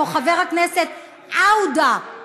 או חבר הכנסת עַוְדה,